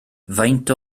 faint